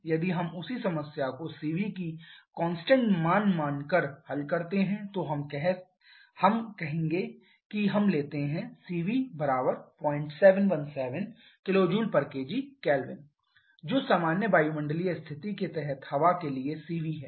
यदि हम उसी समस्या को Cv की कांस्टेंट मान मानकर हल करते हैं तो हम कहें कि हम लेते हैं Cv 0717 kJkgK जो सामान्य वायुमंडलीय स्थिति के तहत हवा के लिए Cv है